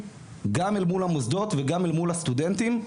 גם אל מול המוסדות וגם אל מול הסטודנטים.